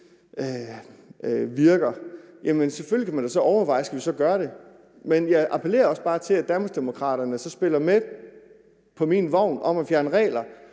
virker, kan man da selvfølgelig overveje, om man så skal gøre det. Men jeg appellerer også bare til, at Danmarksdemokraterne er med på min vogn om at fjerne regler,